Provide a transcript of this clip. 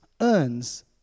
earns